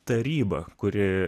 taryba kuri